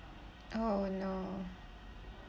oh no